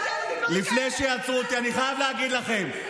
לפני שיעצרו אותי אני חייב להגיד לכם,